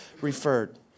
referred